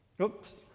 oops